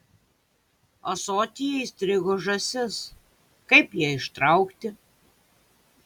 ąsotyje įstrigo žąsis kaip ją ištraukti